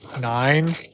nine